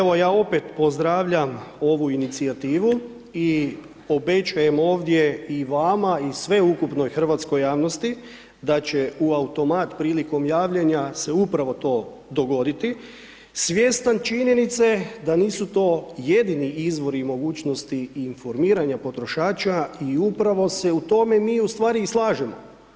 Evo ja opet pozdravljam ovu inicijativu i obećajem ovdje i vama i sveukupnoj hrvatskoj javnosti da će u automat prilikom javljanja se upravo to dogoditi, svjestan činjenice da nisu to jedini izvori mogućnosti i informiranja potrošača i upravo se u tome mi u stvari i slažemo.